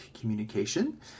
communication